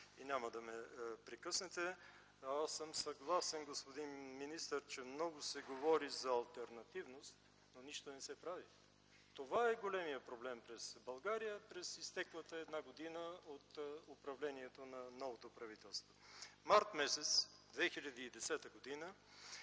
и няма да ме прекъснете. Аз съм съгласен, господин министър, че много се говори за алтернативност, но нищо не се прави. Това е големият проблем за България през изтеклата една година от управлението на новото правителство. Месец март 2010 г.